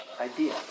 idea